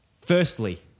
Firstly